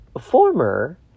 former